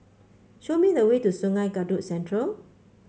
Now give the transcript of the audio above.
show me the way to Sungei Kadut Central